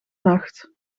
nacht